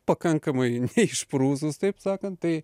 pakankamai neišprusus taip sakant tai